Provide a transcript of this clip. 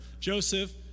Joseph